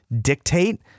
dictate